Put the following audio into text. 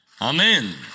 Amen